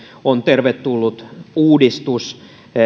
on tervetullut uudistus